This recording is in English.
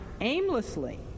aimlessly